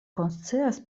konscias